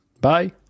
Bye